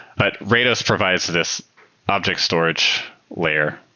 but rados provides this object storage layer.